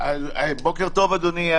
בוקר טוב, אדוני.